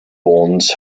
bonds